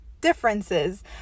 differences